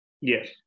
Yes